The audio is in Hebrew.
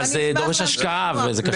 אבל זה דורש השקעה וזה קשה.